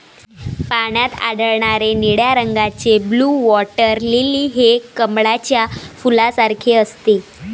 पाण्यात आढळणारे निळ्या रंगाचे ब्लू वॉटर लिली हे कमळाच्या फुलासारखे असते